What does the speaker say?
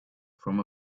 from